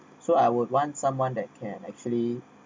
so I would want someone that can actually